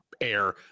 air